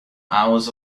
hours